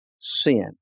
Sin